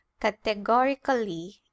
categorically